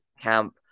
camp